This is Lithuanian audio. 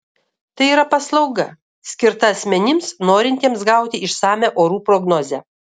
tai yra paslauga skirta asmenims norintiems gauti išsamią orų prognozę